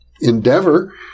endeavor